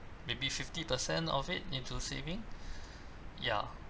maybe fifty percent of it into saving ya